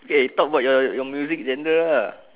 eh talk about your your music genre uh